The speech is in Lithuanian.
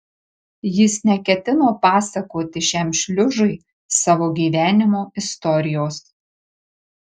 jis neketino pasakoti šiam šliužui savo gyvenimo istorijos